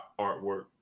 artwork